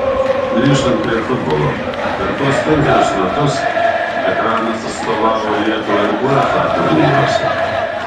grįžtant prie futbolo per tuos penkerius metus ekranas atstovavo lietuvai uefa turnyruose